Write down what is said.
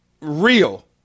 real